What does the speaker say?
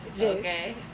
okay